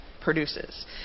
produces